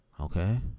Okay